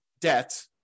debt